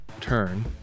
turn